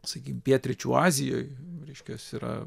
sakykim pietryčių azijoj reiškias yra